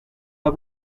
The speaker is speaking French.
pas